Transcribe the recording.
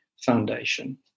foundation